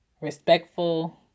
respectful